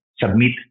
Submit